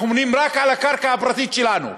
אנחנו בונים רק על הקרקע הפרטית שלנו.